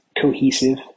cohesive